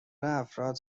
افراد